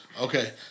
Okay